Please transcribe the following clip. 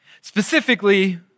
Specifically